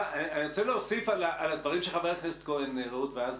אני רוצה להוסיף על הדברים של ח"כ כהן ואז